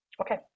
Okay